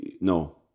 No